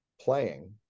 playing